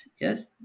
yes